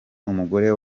umugore